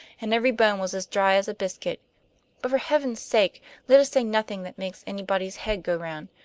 and every bone was as dry as a biscuit but for heaven's sake let us say nothing that makes anybody's head go round!